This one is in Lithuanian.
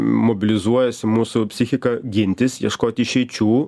mobilizuojasi mūsų psichika gintis ieškoti išeičių